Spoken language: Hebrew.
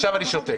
עכשיו אני שותק.